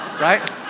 Right